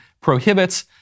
prohibits